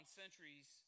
centuries